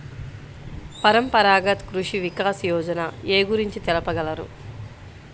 పరంపరాగత్ కృషి వికాస్ యోజన ఏ గురించి తెలుపగలరు?